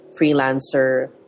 freelancer